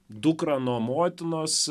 dukrą nuo motinos